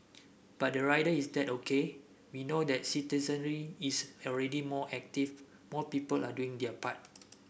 but the rider is that O K we know that citizenry is already more active more people are doing their part